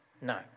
No